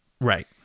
Right